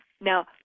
Now